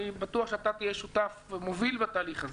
אני בטוח שאתה תהיה שותף מוביל בתהליך הזה